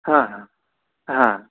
হ্যাঁ হ্যাঁ হ্যাঁ হ্যাঁ